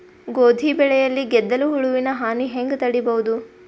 ಗೋಧಿ ಬೆಳೆಯಲ್ಲಿ ಗೆದ್ದಲು ಹುಳುವಿನ ಹಾನಿ ಹೆಂಗ ತಡೆಬಹುದು?